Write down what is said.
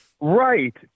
Right